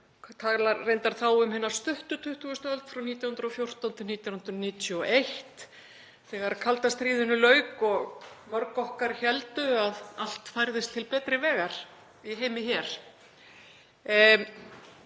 talar reyndar þá um hina stuttu 20. öld, frá 1914–1991, þegar kalda stríðinu lauk og mörg okkar héldu að allt færðist til betri vegar í heimi hér.